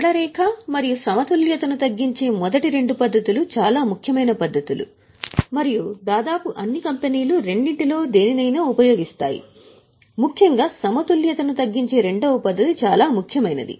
సరళ రేఖ మరియు సమతుల్యతను తగ్గించే మొదటి రెండు పద్ధతులు చాలా ముఖ్యమైన పద్ధతులు మరియు దాదాపు అన్ని కంపెనీలు రెండింటిలో దేనినైనా ఉపయోగిస్తాయి ముఖ్యంగా సమతుల్యతను తగ్గించే రెండవ పద్ధతి చాలా ముఖ్యమైనది